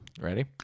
Ready